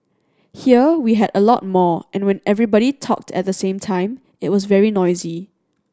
here we had a lot more and when everybody talked at the same time it was very noisy